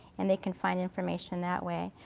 and they can find information that way.